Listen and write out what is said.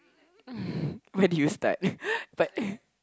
where do you start but